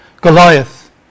Goliath